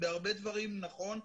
ובהרבה דברים נכון.